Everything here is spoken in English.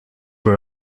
were